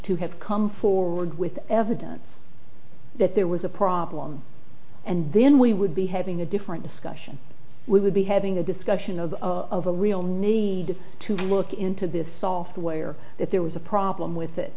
to have come forward with evidence that there was a problem and then we would be having a different discussion we would be having a discussion of of a real need to look into this software if there was a problem with it